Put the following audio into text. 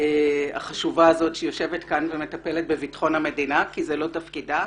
החשובה הזאת שיושבת כאן ומטפלת בביטחון המדינה זה לא תפקידה.